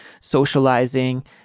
socializing